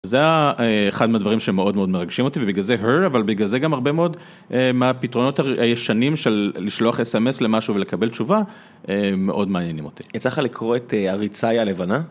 זה אחד מהדברים שמאוד מאוד מרגשים אותי, ובגלל זה הייר, אבל בגלל זה גם הרבה מאוד מהפתרונות הישנים של לשלוח אס אמס למשהו ולקבל תשובה, מאוד מעניינים אותי. יצא לך לקרוא את הריציי הלבנה.